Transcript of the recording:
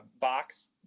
box